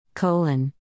Colon